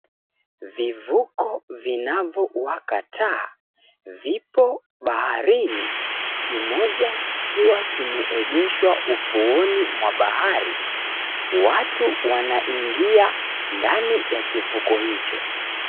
Vivuko vinavyowaka taa vipo baharini, kimoja kikiwa kimeegeshwa ufuoni mwa bahari. Watu wanaingia ndani ya kivuko hicho.